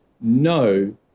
no